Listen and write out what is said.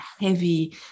heavy